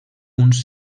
uns